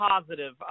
positive